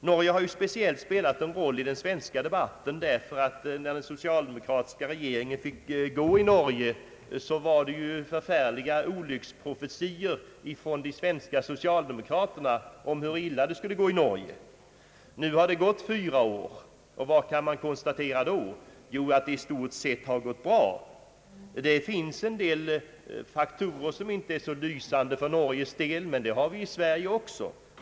Norge har spelat en roll i den svenska debatten, därför att när den socialdemokratiska regeringen i Norge fick gå förekom olycksprofetior från de svenska socialdemokraterna om hur illa det skulle gå i Norge. Nu har det gått fyra år, och vad kan man då konstatera? Jo, att det i stort sett har gått bra. Det finns en del faktorer som inte är så lysande för Norges del. Men sådana finns det i Sverige också.